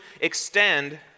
extend